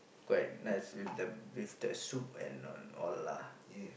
quite nice with that beef soup and all lah